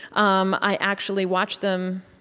um i actually watched them,